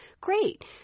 great